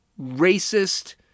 racist